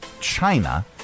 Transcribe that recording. China